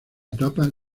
etapa